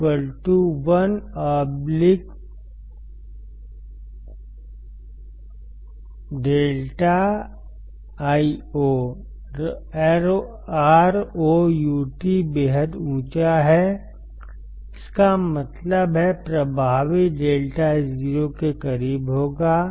ROUT1λIo ROUT बेहद ऊँचा है इसका मतलब है प्रभावी λ 0 के करीब होगा